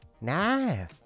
No